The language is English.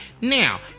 Now